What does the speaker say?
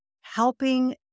helping